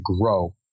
grow